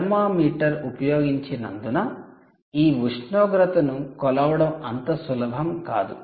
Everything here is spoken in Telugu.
థర్మామీటర్ ఉపయోగించినందున ఈ ఉష్ణోగ్రతను కొలవడం అంత సులభం కాదు